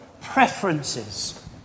preferences